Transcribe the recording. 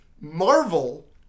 Marvel